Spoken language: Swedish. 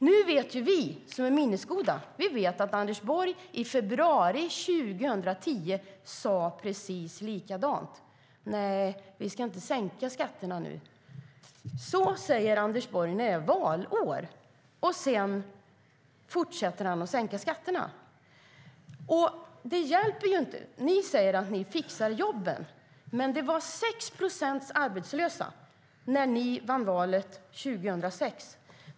Nu vet vi som är minnesgoda att Anders Borg i februari 2010 sade precis likadant: Nej, vi ska inte sänka skatterna nu. Så säger Anders Borg när det är valår, och sedan fortsätter han att sänka skatterna. Ni säger att ni fixar jobben. Det var 6 procents arbetslöshet när ni vann valet 2006.